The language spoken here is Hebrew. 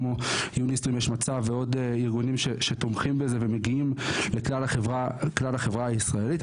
כמו יוניסטרים ועוד ארגונים שתומכים בזה ומגיעים לכלל החברה הישראלית,